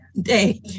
Day